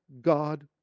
God